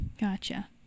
Gotcha